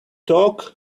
talk